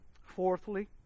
Fourthly